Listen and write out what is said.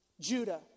Judah